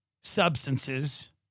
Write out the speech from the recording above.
substances